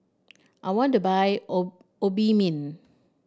I want to buy O Obimin